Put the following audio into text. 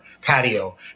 patio